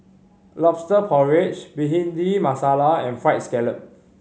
Lobster Porridge Bhindi Masala and Fried Scallop